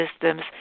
systems